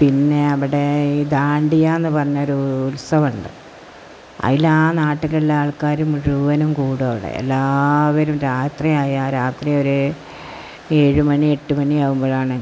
പിന്നെയവിടെ ഈ ദാണ്ടിയാന്ന് പറഞ്ഞൊരുത്സവമുണ്ട് അതില് ആ നാട്ടിലുള്ള ആൾക്കാര് മുഴുവനും കൂടും അവിടെ എല്ലാവരും രാത്രിയായാല് രാത്രിയൊരു ഏഴു മണി എട്ടുമണി ആകുമ്പാഴാണ്